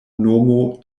nomo